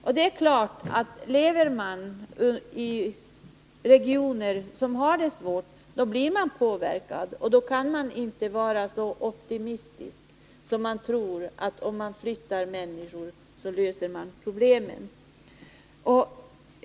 Om man lever i regioner som har det svårt blir man naturligtvis påverkad. Då kan man inte vara så optimistisk att man tror att man löser problemen bara man flyttar människor.